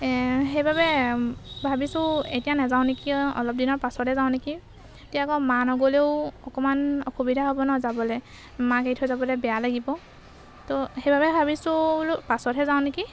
সেইবাবে ভাবিছোঁ এতিয়া নেযাওঁ নেকি অলপ দিনৰ পাছতহে যাওঁ নেকি এতিয়া আকৌ মা নগ'লেও অকণমান অসুবিধা হ'ব ন যাবলৈ মাক এৰি থৈ যাবলৈ বেয়া লাগিব তো সেইবাবে ভাবিছোঁ বোলো পাছতহে যাওঁ নেকি